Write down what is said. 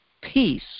peace